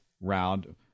round –